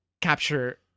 capture